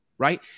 Right